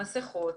מסכות,